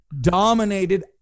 Dominated